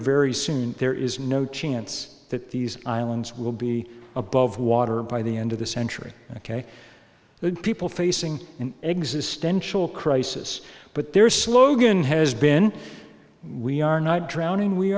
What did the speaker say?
very soon there is no chance that these islands will be above water by the end of the century ok good people facing an existential crisis but their slogan has been we are not